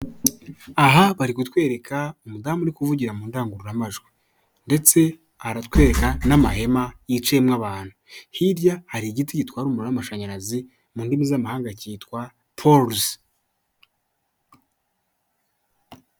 Aha bari kutwereka umudamu uri kuvugira mu ndangururamajwi ndetse aratwereka n'amahema yiciyemo abantu. Hirya hari igiti gitwara umuriro w'amashanyarazi mu ndimi z'amahanga kitwa poluzi.